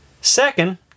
Second